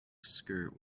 skirt